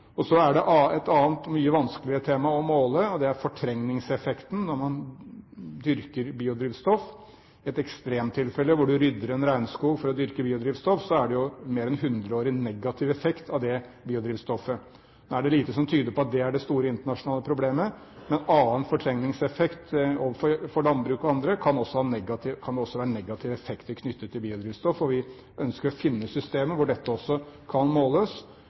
og riktig retning. Så er det et annet og mye vanskeligere tema å måle, og det er fortrengningseffekten når man dyrker biodrivstoff. Et ekstremtilfelle: Hvis du rydder en regnskog for å dyrke biodrivstoff, er det jo en mer enn hundreårig negativ effekt av det biodrivstoffet. Nå er det lite som tyder på at dette er det store internasjonale problemet. Med en annen fortrengningseffekt overfor landbruket og andre kan det også være negative effekter knyttet til biodrivstoffet, og vi ønsker å finne systemer hvor dette også kan måles,